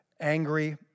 Angry